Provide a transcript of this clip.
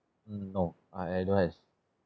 mm no I I don't have